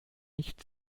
nicht